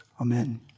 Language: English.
Amen